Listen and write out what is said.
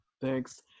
Thanks